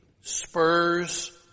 spurs